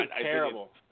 terrible